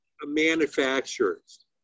manufacturers